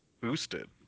Boosted